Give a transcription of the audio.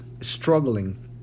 struggling